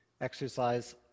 exercise